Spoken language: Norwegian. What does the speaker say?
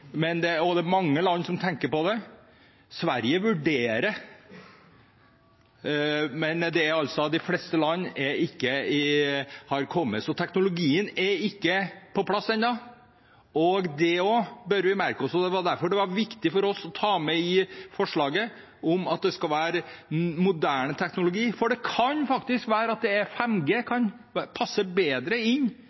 og det er mange land som tenker på det. Sverige vurderer det, men de fleste land har det ikke. Teknologien er ikke på plass ennå. Også det bør vi merke oss. Det var derfor det var viktig for oss å ta med i vedtaket at det skal være moderne teknologi, for det kan faktisk være slik at 5G kan passe bedre